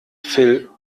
phil